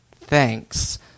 thanks